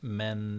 men